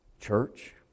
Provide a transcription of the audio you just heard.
church